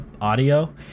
audio